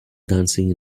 dancing